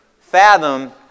fathom